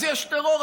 אז יש טרור,